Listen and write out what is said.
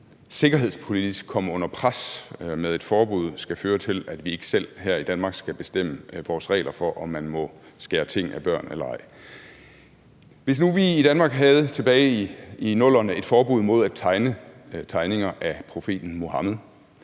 sikkerhedspolitisk vil komme under pres med et forbud, skal føre til, at vi ikke selv her i Danmark skal bestemme vores regler for, om man må skære ting af børn eller ej. Hvis nu vi tilbage i 00'erne havde et forbud i Danmark mod at tegne tegninger af profeten Muhammed